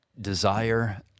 Desire